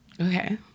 okay